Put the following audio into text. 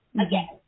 again